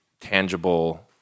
tangible